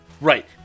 Right